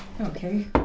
Okay